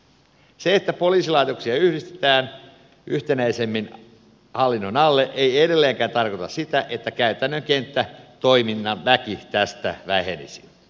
se että poliisilaitoksia yhdistetään yhtenäisemmän hallinnon alle ei edelleenkään tarkoita sitä että käytännön kenttätoiminnan väki tästä vähenisi